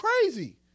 crazy